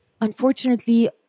unfortunately